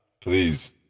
Please